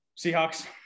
Seahawks